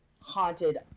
Haunted